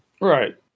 right